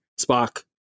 Spock